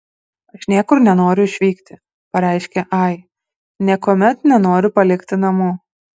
aš niekur nenoriu išvykti pareiškė ai niekuomet nenoriu palikti namų